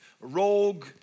rogue